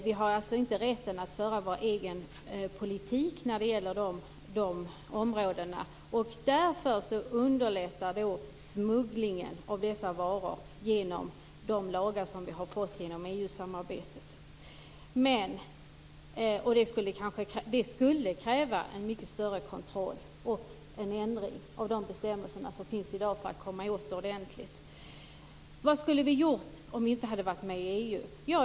Vi har inte rätt att föra vår egen politik på de områdena. Därför underlättas smugglingen av dessa varor genom de lagar som vi har fått på grund av EU-samarbetet. Det skulle krävas en mycket större kontroll och en ändring av de bestämmelser som finns i dag för att komma åt detta ordentligt. Vad hade vi gjort om vi inte hade varit med i EU?